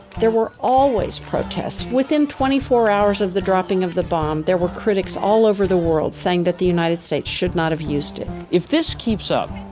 there were always protests. within twenty four hours of the dropping of the bomb, there were critics all over the world saying that the united states should not have used it if this keeps up,